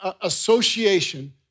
association